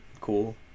cool